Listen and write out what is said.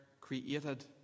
created